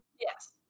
Yes